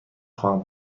خواهم